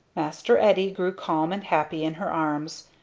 master eddy grew calm and happy in her arms,